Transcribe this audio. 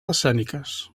escèniques